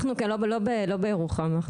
לא בירוחם.